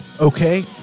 Okay